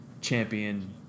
champion